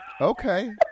Okay